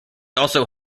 also